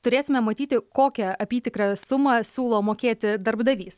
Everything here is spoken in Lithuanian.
turėsime matyti kokią apytikrę sumą siūlo mokėti darbdavys